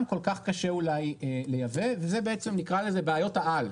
כל כך קשה אולי לייבא ונקרא לזה בעיות העל,